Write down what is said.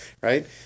Right